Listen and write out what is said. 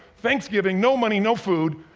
thanksgiving, no money, no food,